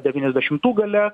devyniasdešimtų galia